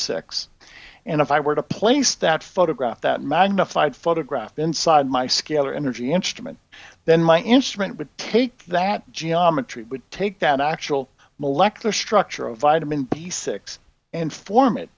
six and if i were to place that photograph that magnified photograph inside my scale or energy instrument then my instrument would take that geometry would take that actual molecular structure of vitamin b six and form it